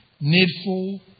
needful